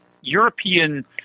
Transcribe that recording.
European